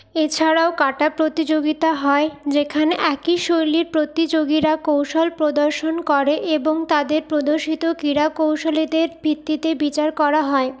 এছাড়াও কাটা প্রতিযোগিতা হয় যেখানে একই শৈলীর প্রতিযোগীরা কৌশল প্রদর্শন করে এবং তাদের প্রদর্শিত ক্রীড়া কৌশলাদির ভিত্তিতে বিচার করা হয়